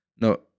No